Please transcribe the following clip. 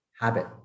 habit